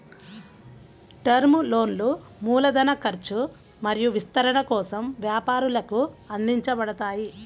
term లోన్లు మూలధన ఖర్చు మరియు విస్తరణ కోసం వ్యాపారాలకు అందించబడతాయి